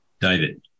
David